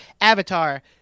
Avatar